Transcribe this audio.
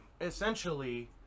essentially